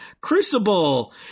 Crucible